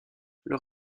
leur